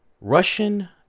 Russian